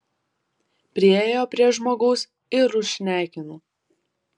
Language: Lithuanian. priėjo prie žmogaus ir užšnekino